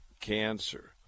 cancer